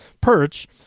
perch